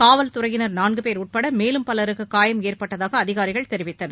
காவல் துறையினர் நான்கு பேர் உட்பட மேலும் பலருக்கு காயம் ஏற்பட்டதாக அதிகாரிகள் தெரிவித்தனர்